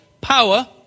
power